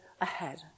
ahead